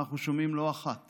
אנחנו שומעים לא אחת